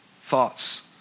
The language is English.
thoughts